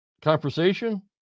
conversation